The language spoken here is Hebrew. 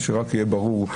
שיהיה ברור.